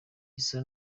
aza